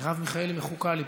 מרב מיכאלי מחוקה כאן.